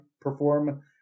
perform